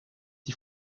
die